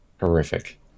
horrific